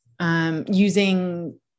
using